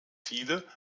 viele